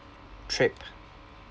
trip